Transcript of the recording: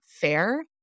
fair